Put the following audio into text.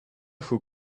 who